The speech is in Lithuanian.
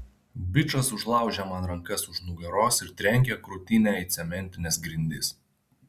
bičas užlaužia man rankas už nugaros ir trenkia krūtinę į cementines grindis